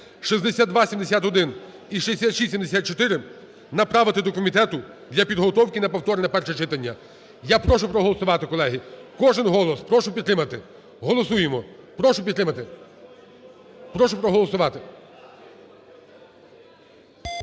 6271 і 6674 направити до комітету для підготовки на повторне перше читання. Я прошу проголосувати, колеги, кожен голос прошу підтримати, голосуємо, прошу підтримати, прошу проголосувати.